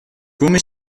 come